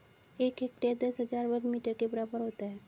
एक हेक्टेयर दस हजार वर्ग मीटर के बराबर होता है